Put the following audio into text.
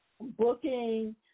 booking